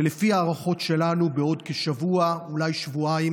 ולפי ההערכות שלנו בעוד כשבוע ואולי שבועיים